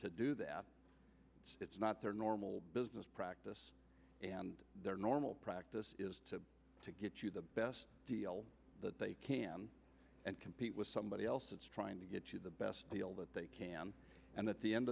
to do that it's not their normal business practice and their normal practice is to to get you the best deal that they can and compete with somebody else trying to get you the best deal that they can and at the end